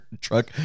truck